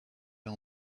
and